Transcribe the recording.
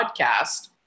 podcast